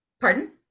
Pardon